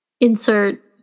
Insert